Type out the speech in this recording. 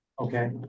Okay